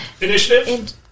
Initiative